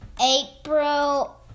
April